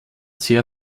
sehr